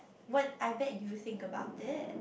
what I bet you think about it